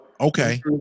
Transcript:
okay